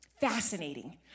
Fascinating